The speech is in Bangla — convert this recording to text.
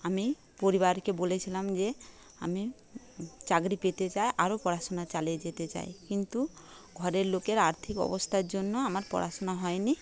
আমি পরিবারকে বলেছিলাম যে আমি চাকরি পেতে চাই আরও পড়াশোনা চালিয়ে যেতে চাই কিন্তু ঘরের লোকের আর্থিক অবস্থার জন্য আমার পড়াশোনা হয়নি